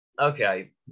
Okay